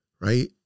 right